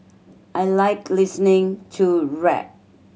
I like listening to rap